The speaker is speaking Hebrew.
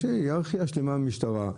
יש היררכיה שלמה במשטרה,